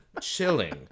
chilling